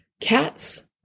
cats